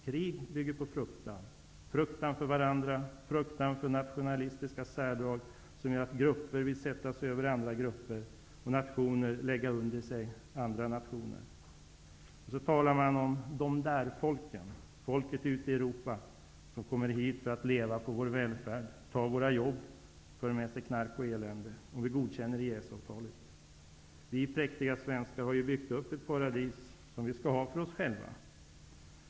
Krig bygger på fruktan, fruktan för varandra och för nationalistiska särdrag, som gör att grupper sätter sig över andra grupper och att nationer lägger under sig andra nationer. Man talar om ''dom där''-folken, folket ute i Europa som kommer hit för att leva på vår välfärd, som tar våra jobb och som för med sig knark och elände, om vi godkänner EES-avtalet. Vi präktiga svenskar har ju byggt upp ett paradis, som vi skall ha för oss själva.